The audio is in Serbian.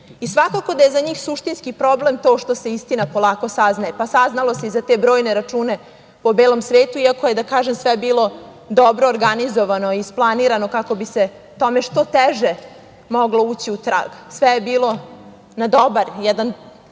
ovde. Svakako da je za njih suštinski problem to što se istina polako saznaje. Pa, saznalo se i za te brojne račune po belom svetu, iako je, da kažem, sve bilo dobro organizovano, isplanirano, kako bi se tome što teže moglo ući u trag. Sve je bilo na jedan